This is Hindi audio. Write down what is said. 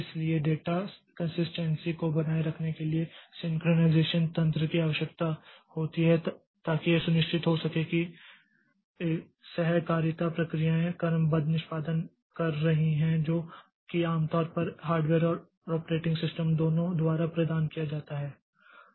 इसलिए डेटा कन्सिस्टेन्सी को बनाए रखने के लिए सिंक्रनाइज़ेशन तंत्र की आवश्यकता होती है ताकि यह सुनिश्चित हो सके कि सहकारिता प्रक्रियाऐं क्रमबद्ध निष्पादन कर रही हैं जो कि आमतौर पर हार्डवेयर और ऑपरेटिंग सिस्टम दोनों द्वारा प्रदान किया जाता है